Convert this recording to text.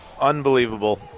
unbelievable